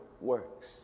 works